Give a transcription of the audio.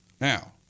Now